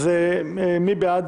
מי בעד